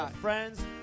friends